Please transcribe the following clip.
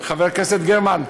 חברת הכנסת גרמן,